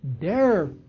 dare